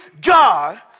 God